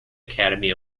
academy